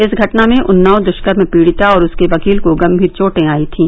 इस घटना में उन्नाव दुष्कर्म पीड़िता और उसके वकील को गंभीर चोटे आई थीं